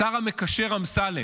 השר המקשר אמסלם,